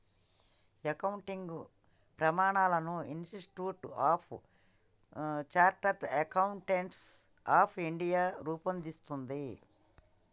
accounting ప్రమాణాలను institute of chartered accountants of India రూపొందిస్తది